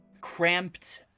cramped